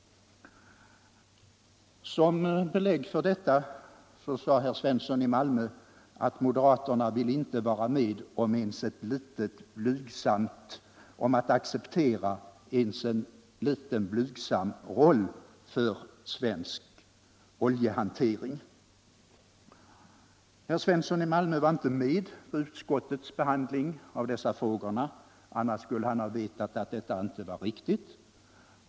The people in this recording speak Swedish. Som belägg för detta sade herr Svensson i Malmö att moderaterna inte ville vara med om att acceptera ens en liten blygsam roll för den svenska statliga oljehanteringen. Herr Svensson var inte med vid utskottets behandling av dessa frågor. Annars skulle han ha vetat att påståendet inte är riktigt.